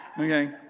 Okay